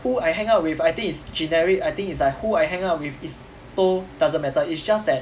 who I hang out with I think it's generic I think it's like who I hang out with is 都 doesn't matter it's just that